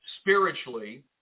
spiritually